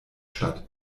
statt